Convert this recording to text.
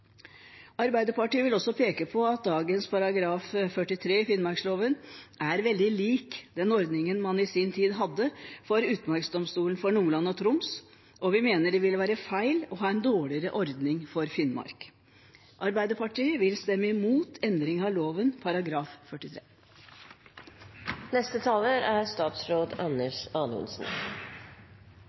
Arbeiderpartiet vil også peke på at dagens § 43 i finnmarksloven er veldig lik den ordningen man i sin tid hadde for Utmarksdomstolen for Nordland og Troms, og vi mener det ville være feil å ha en dårligere ordning for Finnmark. Arbeiderpartiet vil stemme imot endring av loven